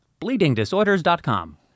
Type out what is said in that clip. bleedingdisorders.com